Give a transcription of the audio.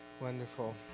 Wonderful